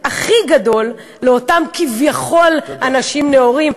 הכי גדול לאותם כביכול אנשים נאורים,